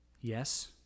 Yes